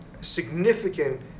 significant